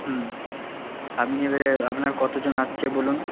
হুম আপনি এবারে আপনার কতজন আসছে বলুন